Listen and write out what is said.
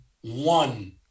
one